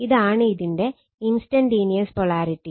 ഇതാണ് ഇതിന്റെ instantaneous polarity